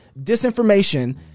disinformation